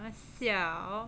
siao